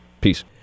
Peace